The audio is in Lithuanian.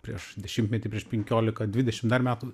prieš dešimtmetį prieš penkiolika dvidešim dar metų